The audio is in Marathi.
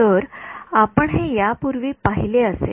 तर आपण हे यापूर्वी पाहिले असेल